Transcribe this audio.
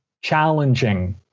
challenging